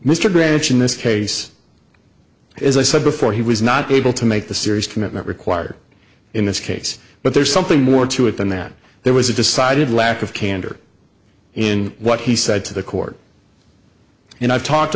mr branch in this case as i said before he was not able to make the serious commitment required in this case but there's something more to it than that there was a decided lack of candor in what he said to the court and i've talked